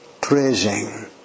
praising